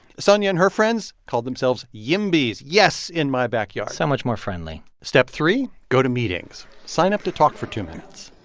sonja and her friends called themselves yimbys yes in my backyard so much more friendly step three go to meetings. sign up to talk for two minutes